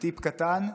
טיפ קטן: